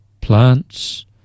plants